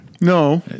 No